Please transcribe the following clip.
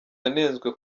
yanenzwe